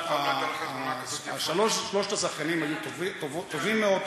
אבל השלוש, שלושת הזכיינים היו טובים מאוד,